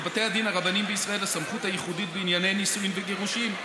לבתי הדין הרבניים בישראל הסמכות הייחודית בענייני נישואין וגירושין,